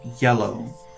yellow